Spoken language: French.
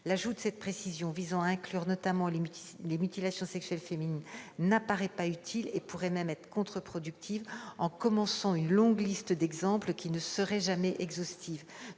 L'ajout de cette précision visant à inclure notamment les mutilations sexuelles féminines ne paraît pas utile. Il pourrait même être contre-productif, ouvrant une longue liste d'exemples qui ne serait jamais exhaustive.